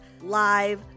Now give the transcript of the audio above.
live